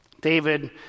David